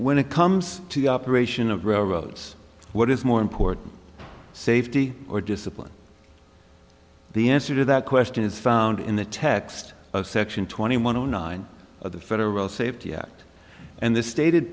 when it comes to the operation of railroads what is more important safety or discipline the answer to that question is found in the text section twenty one zero nine of the federal safety act and the stated